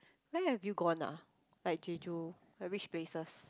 where have you gone ah like jeju like which places